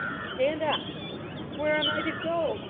stand up where am i to go?